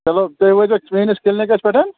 چلو تُہۍ وٲتۍ زیٚو میٛٲنِس کِلنِکَس پٮ۪ٹھ